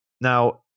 Now